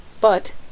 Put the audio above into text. but